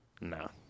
No